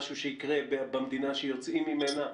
משהו שיקרה במדינה שיוצאים ממנה.